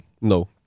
No